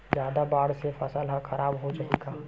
जादा बाढ़ से फसल ह खराब हो जाहि का?